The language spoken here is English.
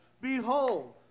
Behold